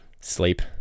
sleep